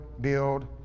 build